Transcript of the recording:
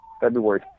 February